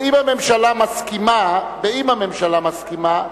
אם הממשלה מסכימה, אם הממשלה מסכימה,